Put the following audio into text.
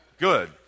Good